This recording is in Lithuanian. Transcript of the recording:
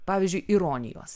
pavyzdžiui ironijos